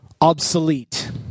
obsolete